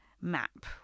map